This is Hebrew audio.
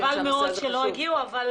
זה חבל מאוד שלא הגיעו, אבל